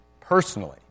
Personally